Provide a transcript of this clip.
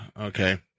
Okay